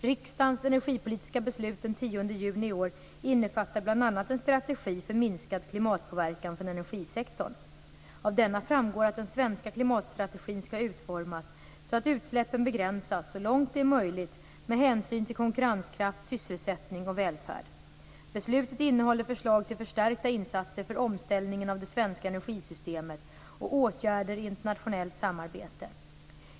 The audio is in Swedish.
Riksdagens energipolitiska beslut den 10 juni i år innefattar bl.a. en strategi för minskad klimatpåverkan från energisektorn. Av denna framgår att den svenska klimatstrategin skall utformas så att utsläppen begränsas så långt det är möjligt med hänsyn till konkurrenskraft, sysselsättning och välfärd. Beslutet innehåller förslag till förstärkta insatser för omställningen av det svenska energisystemet och åtgärder i internationellt samarbete.